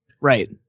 Right